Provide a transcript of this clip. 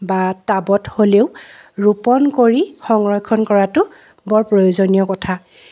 বা টাবত হ'লেও ৰোপণ কৰি সংৰক্ষণ কৰাটো বৰ প্ৰয়োজনীয় কথা